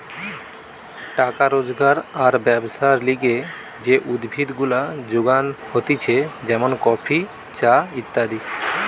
টাকা রোজগার আর ব্যবসার লিগে যে উদ্ভিদ গুলা যোগান হতিছে যেমন কফি, চা ইত্যাদি